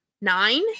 nine